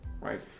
right